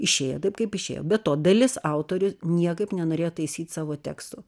išėjo taip kaip išėjo be to dalis autorių niekaip nenorėjo taisyt savo tekstų